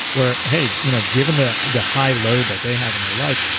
where hey, you know given the the high load that they have in their life,